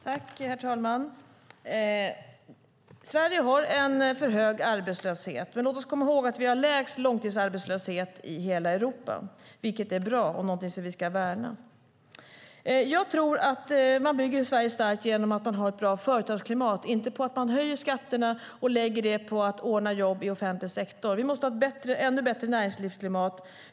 Herr talman! Sverige har en för hög arbetslöshet. Men låt oss komma ihåg att vi har den lägsta långtidsarbetslösheten i hela Europa, vilket är någonting bra som vi ska värna om. Jag tror att man bygger Sverige starkt genom att man har ett bra företagsklimat, inte genom att man höjer skatterna och lägger dem på att ordna jobb i offentlig sektor. Vi måste ha ett ännu bättre näringslivsklimat.